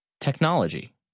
Technology